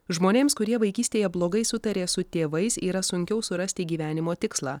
žmonėms kurie vaikystėje blogai sutarė su tėvais yra sunkiau surasti gyvenimo tikslą